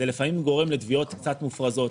זה לפעמים גורם לתביעות קצת מופרזות.